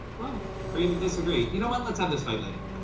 well, agree to disagree. you know what? let's have this fight later.